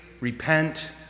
repent